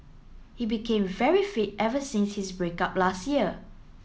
he became very fit ever since his break up last year